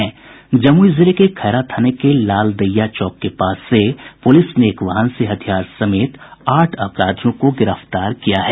जमूई जिले के खैरा थाने के लालदैया चौक के पास से पूलिस एक वाहन से हथियार समेत आठ अपराधियों को गिरफ्तार किया है